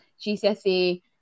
gcse